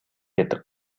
тергөө